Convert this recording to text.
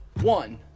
One